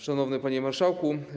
Szanowny Panie Marszałku!